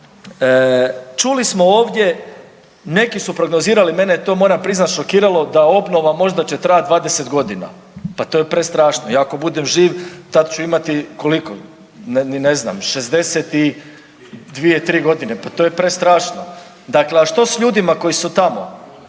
čuli smo ovdje, neki su prognozirali, mene je moram priznati šokiralo da obnova možda će trajati 20 godina. Pa to je prestrašno. Ja ako budem živ tad ću imati, koliko? Ni ne znam, 60 i 2, 3 godine. Pa to je prestrašno. Dakle, a što s ljudima koji su tamo?